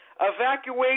Evacuate